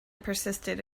persisted